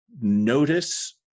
notice